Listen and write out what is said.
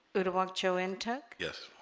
good a walk cho in tuck yes